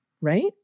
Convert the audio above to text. Right